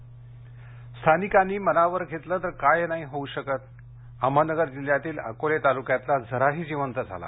झरे अहमदनगर स्थानिकांनी मनावर घेतलं तर काय नाही होऊ शकत अहमदनगर जिल्ह्यातील अकोले तालुक्यातला झराही जिवंत झाला